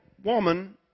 Woman